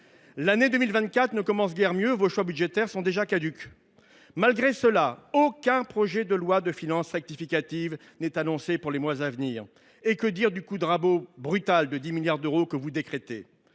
L’année 2024 ne commence guère mieux, vos choix budgétaires étant déjà caducs. Malgré cela, aucun projet de loi de finances rectificative n’est annoncé dans les mois à venir. Et que dire du coup de rabot brutal de 10 milliards d’euros que vous décrétez ?